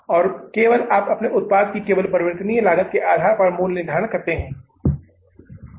और केवल आपको अपने उत्पाद को केवल परिवर्तनीय लागत के आधार पर मूल्य निर्धारण करना होगा